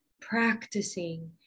practicing